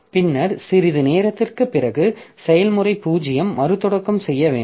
பின்னர் சிறிது நேரத்திற்குப் பிறகு செயல்முறை 0 மறுதொடக்கம் செய்ய வேண்டும்